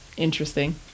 interesting